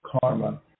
karma